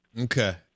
Okay